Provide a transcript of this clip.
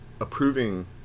approving